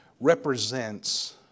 represents